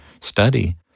study